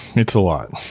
it's a lot.